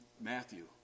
Matthew